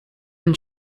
when